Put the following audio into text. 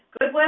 Good